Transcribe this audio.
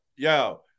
Yo